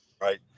right